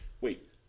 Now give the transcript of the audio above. wait